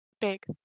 big